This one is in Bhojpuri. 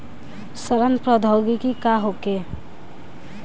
सड़न प्रधौगकी का होखे?